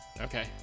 Okay